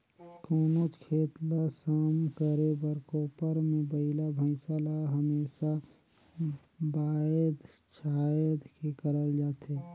कोनोच खेत ल सम करे बर कोपर मे बइला भइसा ल हमेसा बाएध छाएद के करल जाथे